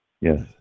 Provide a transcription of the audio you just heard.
yes